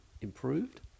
improved